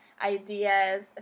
ideas